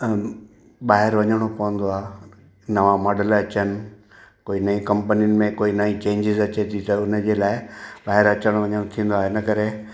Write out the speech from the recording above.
ॿाहिरि वञिणो पवंदो आहे नवां मॉडल अचनि कोई नईं कंपनिनि में कोई नईं चेंजिस अचे थी त हुनजे लाइ ॿाहिरि अचणु वञणु थींदो आहे इनकरे